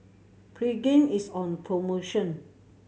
Pregain is on promotion